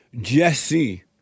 Jesse